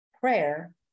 prayer